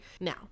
Now